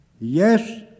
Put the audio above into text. yes